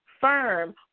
firm